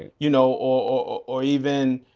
yeah you know or or even